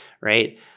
right